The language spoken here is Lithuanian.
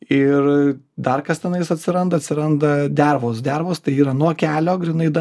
ir dar kas tenais atsiranda atsiranda dervos dervos tai yra nuo kelio grynai dangos nuo asfalto dangos